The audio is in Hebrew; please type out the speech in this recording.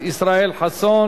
החינוך,